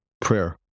prayer